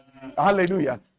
Hallelujah